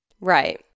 Right